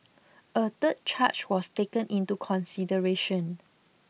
a third charge was taken into consideration